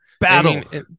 Battle